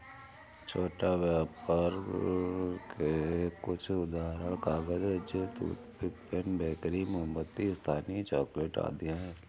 छोटा व्यापर के कुछ उदाहरण कागज, टूथपिक, पेन, बेकरी, मोमबत्ती, स्थानीय चॉकलेट आदि हैं